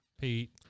Pete